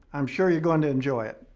i'm sure you're going to enjoy it.